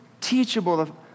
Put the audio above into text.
teachable